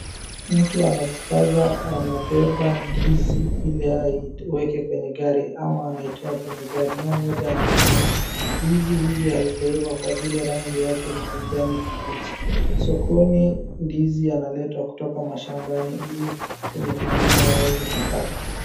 Mtu anajikaza anabeba ndizi ili aiweke kwenye gari ama anaitoa kwenye gari huyu mmoja ameinama. Ndizi hizi hazijaiva kwa vile rangi yake ni kijani kibichi. Sokoni ndizi analetwa kutoka mashabani ili wenye kununua waweze kupata.